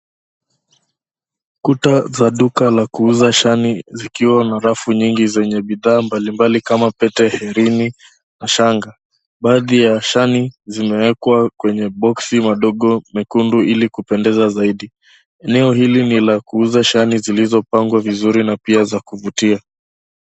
Kuta za duka la kuuza shani zikiwa na rafu nyingi zenye bidhaa mbalimbali kama pete, herini na shanga. Baadhi ya Shani zimewekwa kwenye boksi madogo mekundu ili kupendeza zaidi. Eneo hili ni la kuuza shani zilizopangwa vizuri na pia za kuvutia.